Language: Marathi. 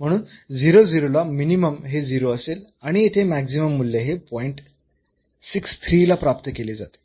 म्हणून ला मिनिमम हे असेल आणि येथे मॅक्सिमम मूल्य हे पॉईंट ला प्राप्त केले जाते